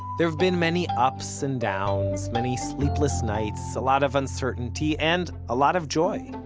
there have been many ups and downs, many sleepless nights, a lot of uncertainty, and a lot of joy.